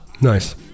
Nice